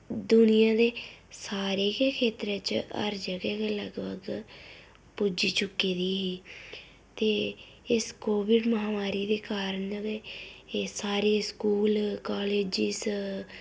दुनिया दे सारें गै खेतरें च हर जगह् लगभग पुज्जी चुकी दी ही ते इस कोविड महामारी दे कारण गै एह् सारे स्कूल कालेज